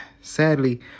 sadly